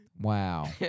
Wow